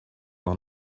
are